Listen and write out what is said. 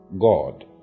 God